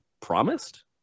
promised